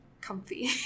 comfy